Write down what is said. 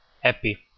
happy